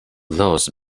lost